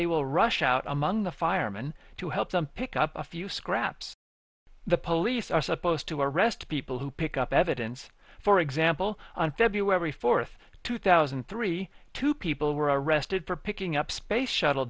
they will rush out among the firemen to help them pick up a few scraps the police are supposed to arrest people who pick up evidence for example on february fourth two thousand and three two people were arrested for picking up space shuttle